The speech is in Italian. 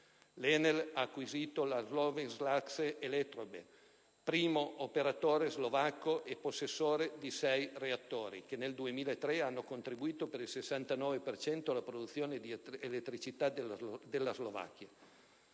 L'ENEL ha acquisito la Slovenske Elektrorbe, primo operatore slovacco e possessore di sei reattori che nel 2003 hanno contribuito per il 69 per cento alla produzione di elettricità della Slovacchia.